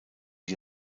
die